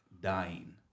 dying